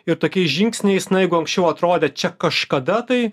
ir tokiais žingsniais na jeigu anksčiau atrodė čia kažkada tai